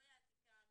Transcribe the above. לא יעתיקם,